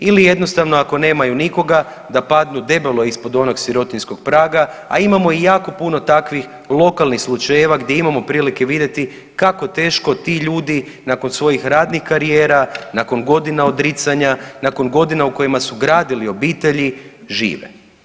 Ili jednostavno ako nemaju nikoga da padnu debelo ispod onog sirotinjskog praga, a imamo i jako puno takvih lokalnih slučajeva gdje imamo prilike vidjeti kako teško ti ljudi nakon svojih ratnih karijera, nakon godina odricanja, nakon godina u kojima su gradili obitelji žive.